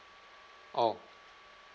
oh